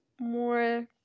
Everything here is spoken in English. more